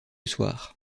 soir